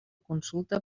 consulta